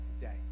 today